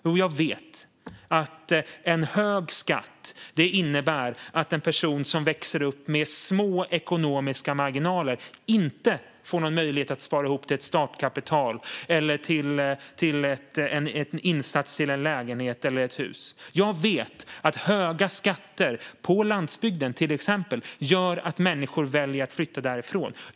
Jo, jag vet att en hög skatt innebär att en person som växer upp med små ekonomiska marginaler inte får någon möjlighet att spara ihop till ett startkapital eller en insats till en lägenhet eller ett hus. Jag vet att höga skatter på landsbygden, till exempel, gör att människor väljer att flytta därifrån.